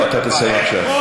לא, אתה תסיים עכשיו.